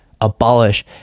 abolish